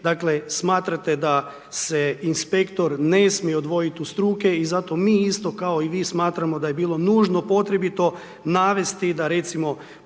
dakle, smatrate da se inspektor ne smije odvojiti od struke i zato mi isto kao i vi smatramo da je bilo nužno potrebito navesti da recimo